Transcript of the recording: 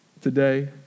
today